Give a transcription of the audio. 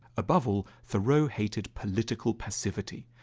above all, thoreau hated political passivity.